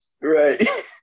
Right